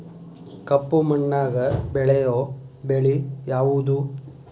ಕಪ್ಪು ಮಣ್ಣಾಗ ಬೆಳೆಯೋ ಬೆಳಿ ಯಾವುದು?